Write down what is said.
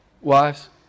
wives